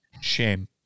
shame